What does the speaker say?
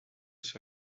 sur